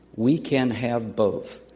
we can have both.